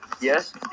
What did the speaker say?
Yes